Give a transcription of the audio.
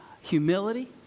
humility